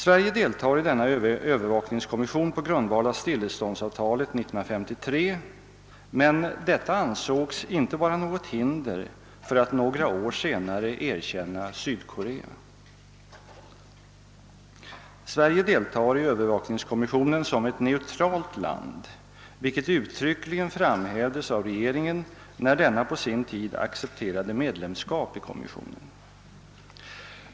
Sverige deltar i denna övervakningskommission på grundval av stilleståndsavtalet 1953, men detta ansågs inte vara något hinder för oss att några år senare erkänna Sydkorea. Sverige deltar i övervakningskommissionen som ett neutralt land, vilket uttryckligen framhävdes av regeringen när denna på sin tid accepterade medlemskap i kommissionen.